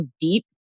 deep